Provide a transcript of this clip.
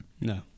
no